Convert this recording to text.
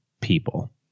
people